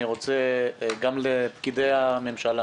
אני רוצה לומר גם לפקידי הממשלה